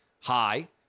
Hi